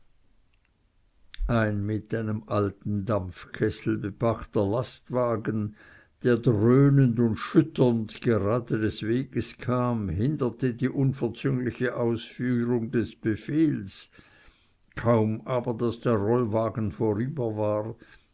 ein mit einem alten dampfkessel bepackter lastwagen der dröhnend und schütternd gerade des weges kam hinderte die unverzügliche ausführung des befehls kaum aber daß der rollwagen vorüber war